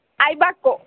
Ibaco